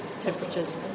temperatures